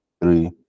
three